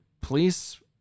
please